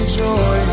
joy